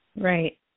Right